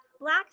Black